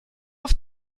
auf